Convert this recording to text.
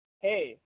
hey